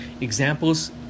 examples